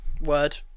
Word